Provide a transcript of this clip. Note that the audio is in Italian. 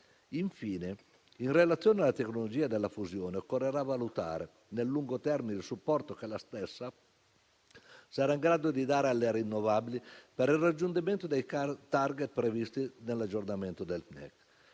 Infine, in relazione alla tecnologia della fusione, occorrerà valutare nel lungo termine il supporto che sarà in grado di dare alle energie rinnovabili per il raggiungimento dei *target* previsti nell'aggiornamento del Piano